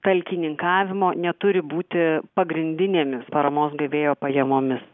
talkininkavimo neturi būti pagrindinėmis paramos gavėjo pajamomis